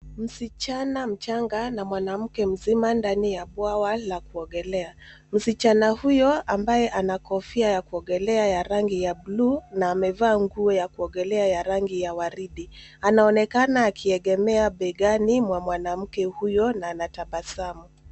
Msichana mchanga na mwanamke mzima ndani ya bwawa la kuogelea. Msichana huyo ambaye ana kofia ya kuogelea ya rangi ya buluu na amevaa nguo ya kuogelea ya rangi ya waridi anaonekana akiegemea begani mwa mwanamke huyo na anatabasamu.